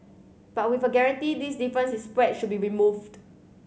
but with a guarantee this difference is spread should be removed